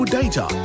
data